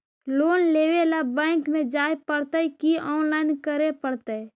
Loan लेवे ल bank में जाय पड़तै कि औनलाइन करे पड़तै?